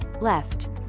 left